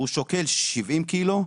הוא שוקל 70 קילו.